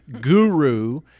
guru